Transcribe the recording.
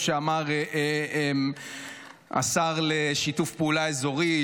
שאמר השר לשיתוף פעולה אזורי,